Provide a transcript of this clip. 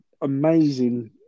amazing